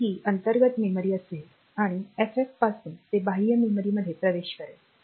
तर ही अंतर्गत मेमरी असेल आणि FF पासून ते बाह्य मेमरीमध्ये प्रवेश करेल